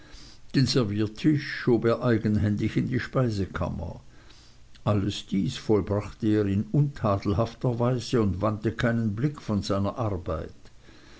schob er eigenhändig in die speisekammer alles dies vollbrachte er in untadelhafter weise und wandte keinen blick von seiner arbeit